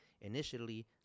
initially